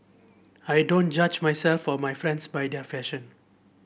I don't judge myself for my friends by their fashion